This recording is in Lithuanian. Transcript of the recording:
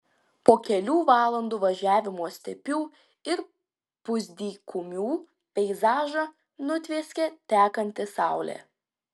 po kelių valandų važiavimo stepių ir pusdykumių peizažą nutvieskė tekanti saulė